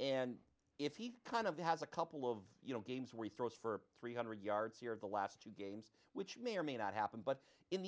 and if he kind of has a couple of you know games where he throws for three hundred yards here in the last two games which may or may not happen but in